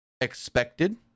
expected